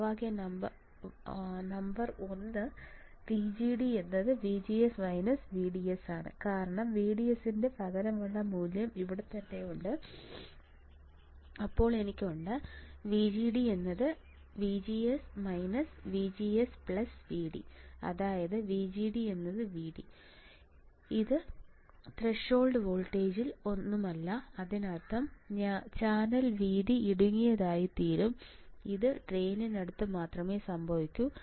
സമവാക്യ number 1 VGDVGS VDS കാരണം VDS ന്റെ പകരമുള്ള മൂല്യം ഇവിടെത്തന്നെയാണ് അപ്പോൾ എനിക്ക് ഉണ്ട് VGD VGS VGS VD അതിനാൽ VGD VD ഇത് ത്രെഷോൾഡ് വോൾട്ടേജിൽ ഒന്നുമല്ല അതിനർത്ഥം ചാനൽ വീതി ഇടുങ്ങിയതായിത്തീരും ഇത് ഡ്രെയിനിനടുത്ത് മാത്രമേ സംഭവിക്കൂ